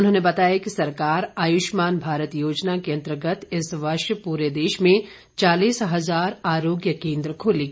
उन्होंने बताया कि सरकार आयुष्मान भारत योजना के अंतर्गत इस वर्ष पूरे देश में चालीस हजार आरोग्य केन्द्र खोलेगी